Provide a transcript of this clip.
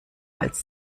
als